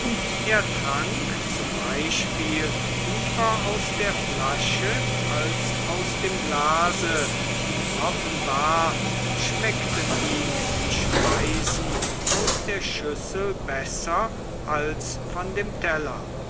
er trank zum beispiel lieber aus der flasche als aus dem glase und offenbar schmeckten ihm die speisen aus der schüssel besser als von dem teller